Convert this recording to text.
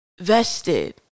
vested